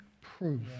proof